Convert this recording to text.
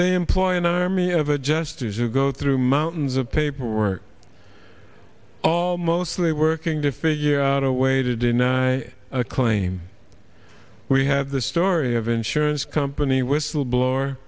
they employ an army of adjusters who go through mountains of paperwork all mostly working to figure out a way to deny a claim we have the story of insurance company whistleblower